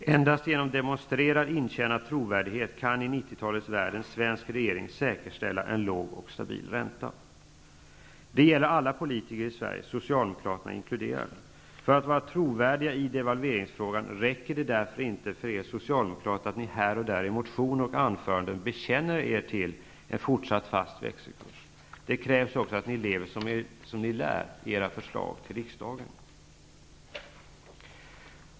Endast genom demonstrerad, intjänad trovärdighet kan i 90-talets värld en svensk regering säkerställa en låg och stabil ränta. Det gäller för alla politiker i Sverige, För att vara trovärdiga i devalveringsfrågan räcker det därför inte för er Socialdemokrater att ni här och där i motioner och anföranden bekänner er till en fortsatt fast växelkurs. Det krävs också att ni lever som ni lär i era förslag till riksdagen.